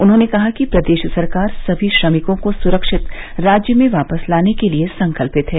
उन्होंने कहा कि प्रदेश सरकार समी श्रमिकों को सुरक्षित राज्य में वापस लाने के लिए संकल्पित है